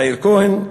מאיר כהן,